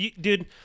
dude